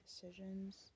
decisions